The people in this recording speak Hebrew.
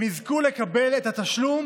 הם יזכו לקבל את התשלום